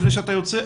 לפני שאתה יוצא,